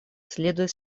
следует